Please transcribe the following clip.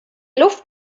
luft